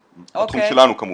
בתחום שלנו כמובן.